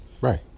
Right